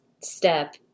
step